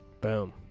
boom